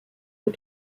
aux